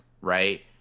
right